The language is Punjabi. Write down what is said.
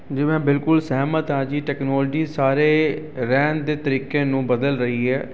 ਜੀ ਮੈਂ ਬਿਲਕੁਲ ਸਹਿਮਤ ਹਾਂ ਜੀ ਟੈਕਨੋਲਜੀ ਸਾਰੇ ਰਹਿਣ ਦੇ ਤਰੀਕੇ ਨੂੰ ਬਦਲ ਰਹੀ ਹੈ